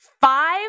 five